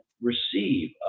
receive